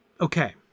Okay